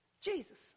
Jesus